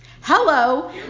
Hello